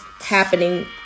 happening